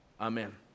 Amen